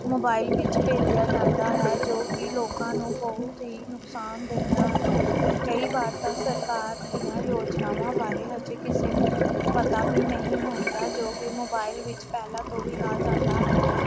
mobile ਵਿੱਚ ਭੇਜਿਆ ਜਾਂਦਾ ਹੈ ਜੋ ਕਿ ਲੋਕਾਂ ਨੂੰ ਬਹੁਤ ਹੀ ਨੁਕਸਾਨ ਦਿੰਦਾ ਹੈ ਕਈ ਵਾਰ ਤਾਂ ਸਰਕਾਰ ਦੀਆਂ ਯੋਜਨਾਵਾਂ ਬਾਰੇ ਹਜੇ ਕਿਸੇ ਨੂੰ ਪਤਾ ਵੀ ਨਹੀਂ ਹੁੰਦਾ ਜੋ ਕਿ ਮੋਬਾਇਲ ਵਿੱਚ ਪਹਿਲਾਂ ਤੋਂ ਹੀ ਆ ਜਾਂਦਾ ਹੈ